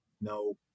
no